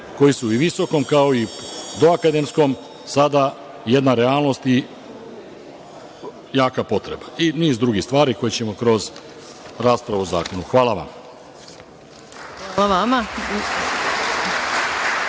koji su i u visokom, kao i doakademskom sada jedna realnost i jaka potreba, i niz drugih stvari koje ćemo kroz raspravu o zakonu. Hvala. **Maja